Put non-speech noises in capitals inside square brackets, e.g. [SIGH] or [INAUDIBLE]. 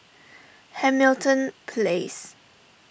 [NOISE] Hamilton Place